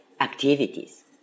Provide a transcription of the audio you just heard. activities